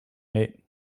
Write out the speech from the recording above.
mate